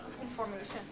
information